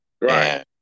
right